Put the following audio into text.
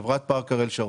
חברת "פארק אריאל שרון".